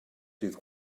ddydd